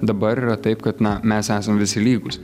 dabar yra taip kad na mes esam visi lygūs